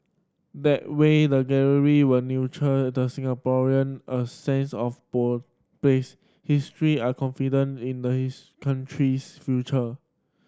that way the gallery will nurture in the Singaporean a sense of ball place history are confident in the his country's future